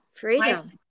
freedom